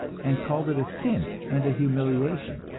and called it a sin and a humiliation